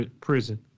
prison